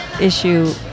issue